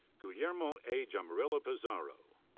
guillermo a. jaramillo pizarro.